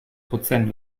prozent